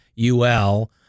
UL